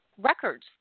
records